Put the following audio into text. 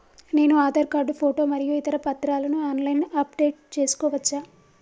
నేను Aadhaar card photo మరియు ఇతర పత్రాలను ఆన్ లైన్ అప్ డెట్ చేసుకోవచ్చా?